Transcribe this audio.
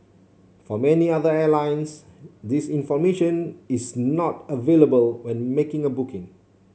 for many other airlines this information is not available when making a booking